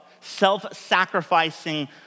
self-sacrificing